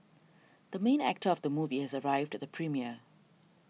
the main actor of the movie has arrived at the premiere